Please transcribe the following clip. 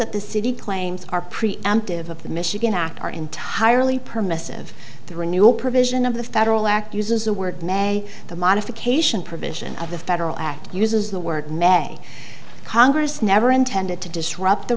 that the city claims are preemptive of the michigan act are entirely permissive the renewal provision of the federal act uses the word may the modification provision of the federal act uses the word may congress never intended to disrupt the